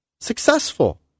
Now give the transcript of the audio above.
successful